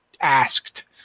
Asked